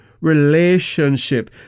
relationship